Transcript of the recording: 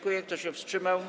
Kto się wstrzymał?